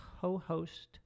co-host